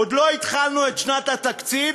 עוד לא התחלנו את שנת התקציב,